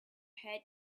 head